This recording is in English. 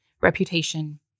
reputation